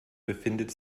befindet